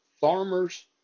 Farmers